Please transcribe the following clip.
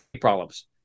problems